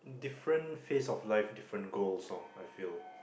different phrase of life different goals lor I feel